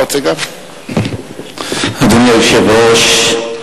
אדוני היושב-ראש,